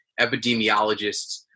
epidemiologists